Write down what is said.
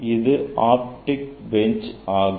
இது optic bench ஆகும்